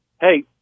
hey